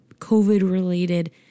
COVID-related